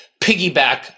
piggyback